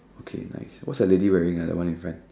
okay nice what's the lady wearing ah the one in front